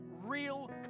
real